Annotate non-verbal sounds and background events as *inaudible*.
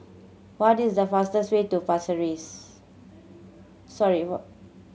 what is the fastest way to *unintelligible*